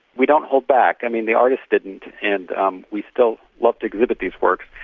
we don't hold back. i mean, the artists didn't and um we still love to exhibit these works.